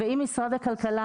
ואם משרד הכלכלה